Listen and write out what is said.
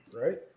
Right